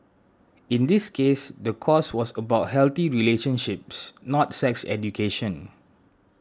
in this case the course was about healthy relationships not sex education